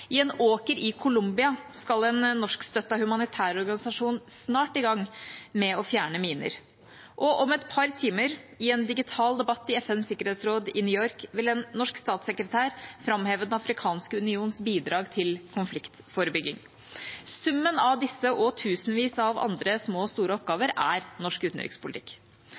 I en åker i Colombia skal en norskstøttet humanitær organisasjon snart i gang med å fjerne miner. Og om noen timer, i en digital debatt i FNs sikkerhetsråd i New York, vil en norsk statssekretær framheve Den afrikanske unions bidrag til konfliktforebygging. Summen av disse og tusenvis andre små og store oppgaver er norsk utenrikspolitikk.